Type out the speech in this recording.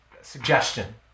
Suggestion